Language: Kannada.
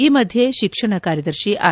ಈ ಮಧ್ಯೆ ಶಿಕ್ಷಣ ಕಾರ್ಯದರ್ಶಿ ಆರ್